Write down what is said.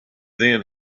then